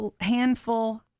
handful